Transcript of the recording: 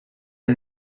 lui